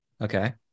Okay